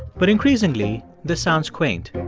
but increasingly, this sounds quaint.